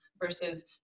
versus